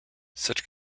such